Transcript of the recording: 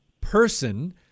person